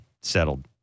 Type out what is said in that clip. settled